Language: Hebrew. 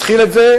התחיל את זה,